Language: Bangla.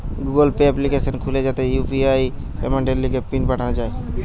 গুগল পে এপ্লিকেশন খুলে যাতে ইউ.পি.আই পেমেন্টের লিগে পিন পাল্টানো যায়